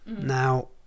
Now